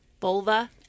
Vulva